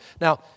Now